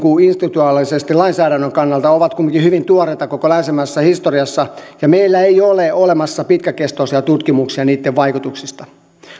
institutionaalisesti lainsäädännön kannalta ovat kumminkin hyvin tuoreita koko länsimaisessa historiassa ja meillä ei ole olemassa pitkäkestoisia tutkimuksia niitten vaikutuksista